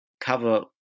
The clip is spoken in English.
cover